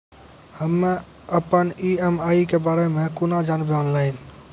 हम्मे अपन ई.एम.आई के बारे मे कूना जानबै, ऑनलाइन?